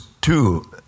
two